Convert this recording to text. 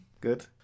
good